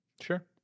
Sure